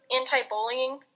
anti-bullying